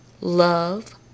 love